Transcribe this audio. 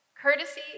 Courtesy